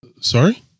Sorry